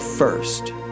First